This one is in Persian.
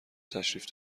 تشریف